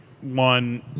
one